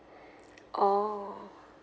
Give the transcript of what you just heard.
orh